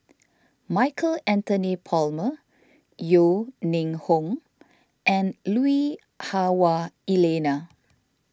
Michael Anthony Palmer Yeo Ning Hong and Lui Hah Wah Elena